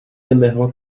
nemehla